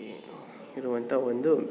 A ಇರುವಂಥ ಒಂದು